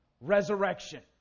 resurrection